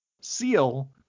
seal